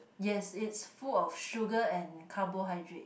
yes it's full of sugar and carbohydrate